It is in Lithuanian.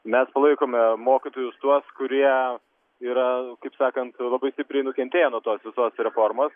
mes palaikome mokytojus tuos kurie yra kaip sakant labai stipriai nukentėję nuo tos visos reformos